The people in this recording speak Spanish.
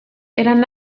eran